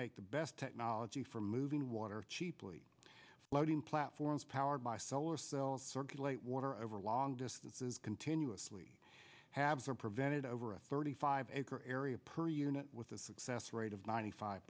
make the best technology for moving water cheaply floating platforms powered by solar cells circulate water over long distances continuously halves are prevented over a thirty five acre area per unit with the success rate of ninety five